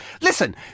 Listen